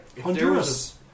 Honduras